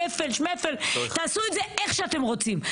כפל, "שמפל", תעשו את זה איך שאתם רוצים.